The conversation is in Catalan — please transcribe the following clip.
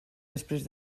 després